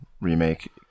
Remake